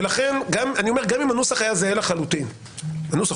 אני אומר שגם עם הנוסח היה זהה לחלוטין אבל הנוסח